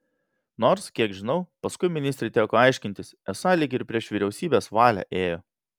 nors kiek žinau paskui ministrei teko aiškintis esą lyg ir prieš vyriausybės valią ėjo